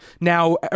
now